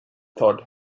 taught